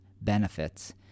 benefits